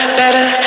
better